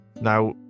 now